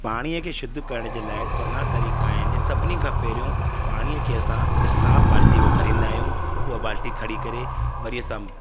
पाणीअ खे शुद्ध करण चङा तरीक़ा आहिनि सभिनी खां पहरियों पाणी खे असां हिक साफ बालटी में भरींदा आहियूं हूअ बालटी खणी करे वरी असां